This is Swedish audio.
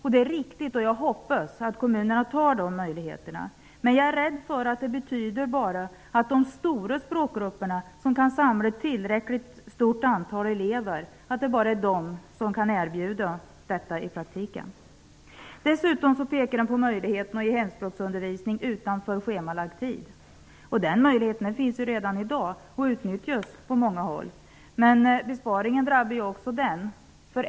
Det är riktigt. Jag hoppas att kommunerna utnyttjar de möjligheterna. Men jag är rädd för att det betyder att det bara blir de stora språkgrupperna, som ju kan samla ett tillräckligt stort antal elever, som i praktiken kommer att kunna erbjuda detta. Dessutom pekar man på möjligheten att ge hemspråksundervisning utanför schemalagd tid. Men den möjligheten finns redan i dag och utnyttjas också på många håll. Besparingen drabbar emellertid också denna undervisning.